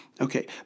Okay